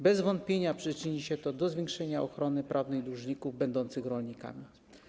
Bez wątpienia przyczyni się to do zwiększenia ochrony prawnej dłużników będących rolnikami.